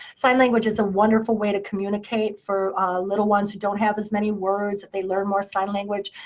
sign language is a wonderful way to communicate for little ones who don't have as many words. they learn more sign language.